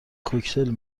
کوکتل